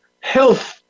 health